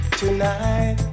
tonight